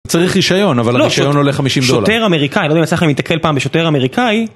צריך רישיון, אבל הרישיון עולה 50 דולר. שוטר אמריקאי, לא יודע אם יצא לך להתקל פעם בשוטר אמריקאי...